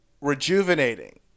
rejuvenating